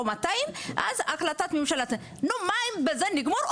או 4,200, אז החלטת ממשלה, נו, מה, בזה נגמור?